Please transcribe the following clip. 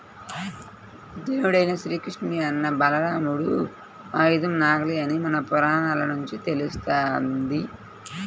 దేవుడైన శ్రీకృష్ణుని అన్న బలరాముడి ఆయుధం నాగలి అని మన పురాణాల నుంచి తెలుస్తంది